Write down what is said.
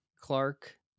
clark